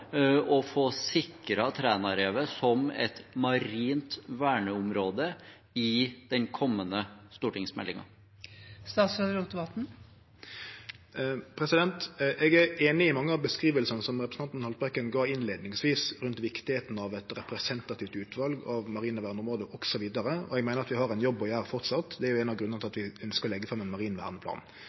få sikret Trænarevet som et marint verneområde i den kommende stortingsmeldingen? Eg er einig i mange av beskrivingane som representanten Haltbrekken gav innleiingsvis, rundt viktigheita av eit representativt utval av marine verneområde osv., og eg meiner at vi framleis har ein jobb å gjere. Det er jo ein av grunnane til at vi ønskjer å leggje fram ein marin verneplan.